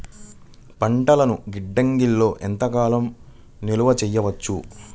పంటలను గిడ్డంగిలలో ఎంత కాలం నిలవ చెయ్యవచ్చు?